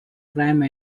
crime